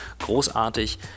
Großartig